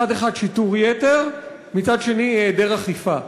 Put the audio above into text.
מצד אחד, שיטור יתר, ומצד שני, היעדר אכיפה.